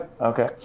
okay